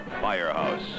Firehouse